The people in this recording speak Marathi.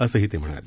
असंही ते म्हणाले